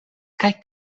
kaj